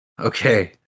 Okay